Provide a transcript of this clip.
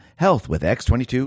healthwithx22